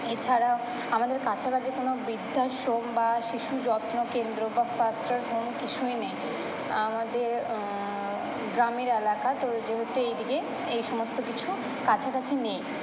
এছাড়াও আমাদের কাছাকাছি কোনো বৃদ্ধাশ্রম বা শিশুযত্ন কেন্দ্র বা ফোস্টার হোম কিছুই নেই আমাদের গ্রামের এলাকা তো যেহেতু এই দিকে এই সমস্ত কিছু কাছাকাছি নেই